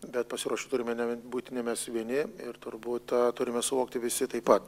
bet pasiruošti turime būti ne mes vieni ir turbūt turime suvokti visi taip pat